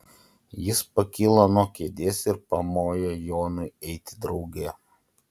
jis pakilo nuo kėdės ir pamojo jonui eiti drauge